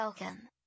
Welcome